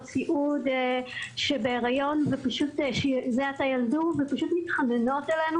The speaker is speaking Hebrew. סיעוד שבהריון או שזה עתה ילדו והן פשוט מתחננות אלינו